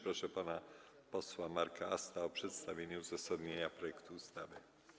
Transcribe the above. Proszę pana posła Marka Asta o przedstawienie uzasadnienia projektu ustawy.